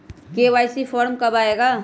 KYC form कब आए गा?